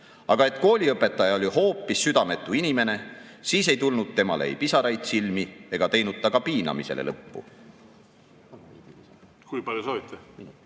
Aga et kooliõpetaja oli hoopis südametu inimene, siis ei tulnud temale ei pisaraid silmi ega teinud ta ka piinamisele lõppu."